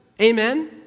Amen